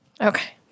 Okay